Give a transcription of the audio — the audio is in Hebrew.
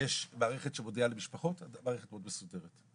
יש מערכת שמודיעה למשפחות, מערכת מאוד מסודרת.